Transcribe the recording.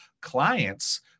clients